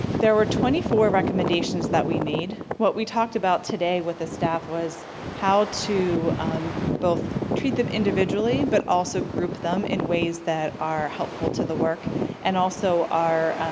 there were twenty four recommendations that we made. what we talked about today with the staff was how to both treat them individually but also group them in ways that are helpful to the work and also are.